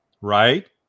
Right